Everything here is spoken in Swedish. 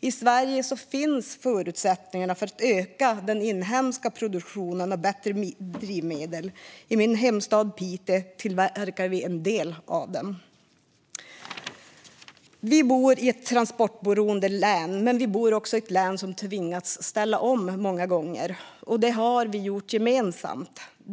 I Sverige finns förutsättningar att öka den inhemska produktionen av bättre drivmedel. I min hemstad Piteå tillverkar vi en del av dem. Vi bor i ett transportberoende län. Men vi bor också i ett län som många gånger tvingats att ställa om, och det har vi gjort gemensamt.